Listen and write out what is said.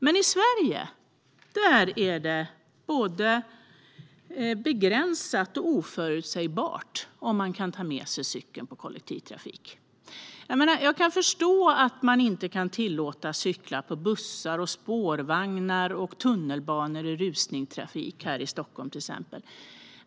Men i Sverige är det både begränsat och oförutsägbart om man kan ta med sig cykeln i kollektivtrafiken. Jag kan förstå att man inte kan tillåta cyklar på bussar och spårvagnar och i tunnelbanan i rusningstrafik här i Stockholm, till exempel.